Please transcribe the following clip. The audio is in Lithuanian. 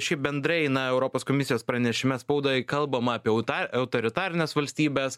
šiaip bendrai na europos komisijos pranešime spaudai kalbama apie auta autoritarines valstybes